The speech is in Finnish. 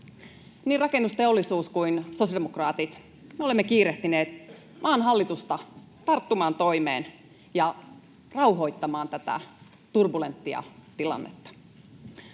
Niin rakennusteollisuus kuin sosiaalidemokraatit ovat kiirehtineet maan hallitusta tarttumaan toimeen ja rauhoittamaan tätä turbulenttia tilannetta.